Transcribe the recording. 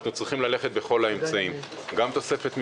צריכים ללכת בכל האמצעים גם תוספת מיטות,